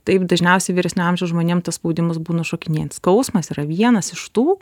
taip dažniausiai vyresnio amžiaus žmonėm tas spaudimas būna šokinėjant skausmas yra vienas iš tų